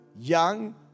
young